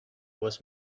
was